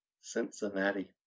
Cincinnati